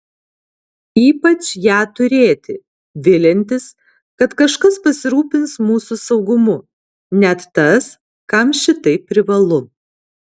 ypač ją turėti viliantis kad kažkas pasirūpins mūsų saugumu net tas kam šitai privalu